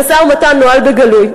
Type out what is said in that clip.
המשא-ומתן נוהל בגלוי,